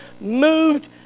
moved